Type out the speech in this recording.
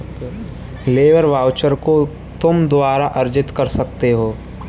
labour voucher को तुम दोबारा अर्जित कर सकते हो